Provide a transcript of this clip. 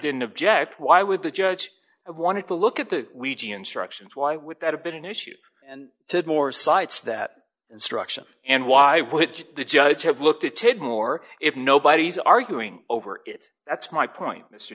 didn't object why would the judge want to look at the we g instructions why would that have been an issue and to add more sites that instruction and why would the judge have looked at it more if nobody's arguing over it that's my point mr